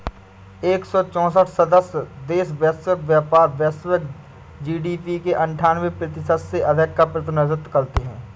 एक सौ चौसठ सदस्य देश वैश्विक व्यापार, वैश्विक जी.डी.पी के अन्ठान्वे प्रतिशत से अधिक का प्रतिनिधित्व करते हैं